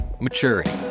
maturity